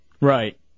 Right